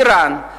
אירן, סוריה,